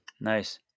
nice